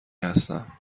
هستم